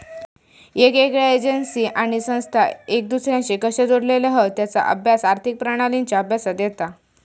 येगयेगळ्या एजेंसी आणि संस्था एक दुसर्याशी कशे जोडलेले हत तेचा अभ्यास आर्थिक प्रणालींच्या अभ्यासात येता